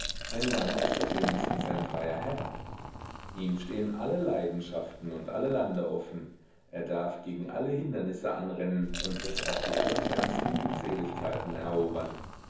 ein mann ist doch wenigstens sein freier herr ihm stehen alle leidenschaften und alle lande offen er darf gegen alle hindernisse anrennen und sich auch die allerfernsten glückseligkeiten erobern